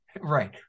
Right